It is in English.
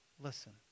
listen